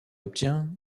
obtient